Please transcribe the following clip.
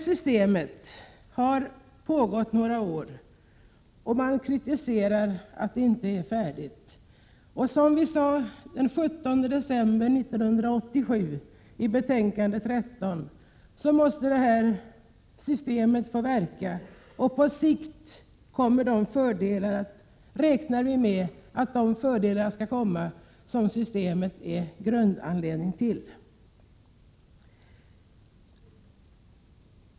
Systemet har gällt några år, och man kritiserar att det inte är färdigutvecklat. Som vi sade den 17 december 1987 i debatten om socialförsäkringsutskottets betänkande 13 måste systemet få verka ytterligare några år, för det är först på sikt vi får se de fördelar med systemet som vi räknade med när systemet infördes.